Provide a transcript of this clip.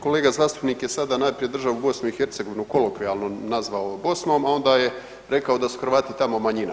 Kolega zastupnik je sada najprije držao BiH, kolokvijalno nazvao Bosnom a onda je rekao da su Hrvati tamo manjina.